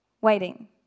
Waiting